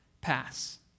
pass